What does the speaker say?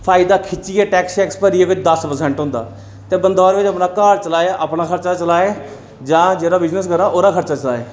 फायदा खिच्चियै टैक्स ऐक्स भरियै कोई दस परसैंट होंदा ते बंदा अपना घर चलाए अपना खर्चा चलाए जां जेह्ड़ा बिजनस करा दा ओह्दा खर्चा चलाए